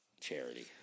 charity